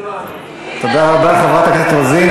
תודה רבה, חברת הכנסת רוזין.